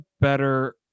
better